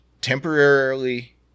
temporarily